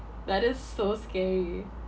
that is so scary